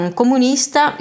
comunista